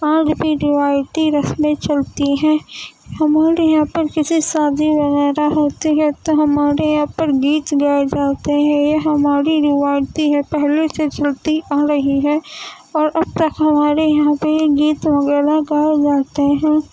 آج بھی روایتی رسمیں چلتی ہیں ہمارے یہاں پر جیسے شادی وغیرہ ہوتی ہے تو ہمارے یہاں پر گیت گائے جاتے ہیں یہ ہماری روایتی ہے پہلے سے چلتی آ رہی ہے اور اب تک ہمارے یہاں پہ یہ گیت وغیرہ گائے جاتے ہیں